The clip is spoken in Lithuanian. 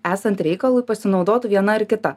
esant reikalui pasinaudotų viena ar kita